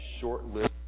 short-lived